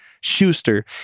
Schuster